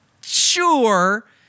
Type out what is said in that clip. Sure